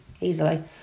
easily